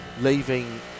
leaving